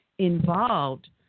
involved